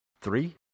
Three